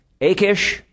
Akish